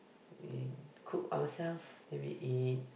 eh we cook ourselves then we eat